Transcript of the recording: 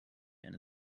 eine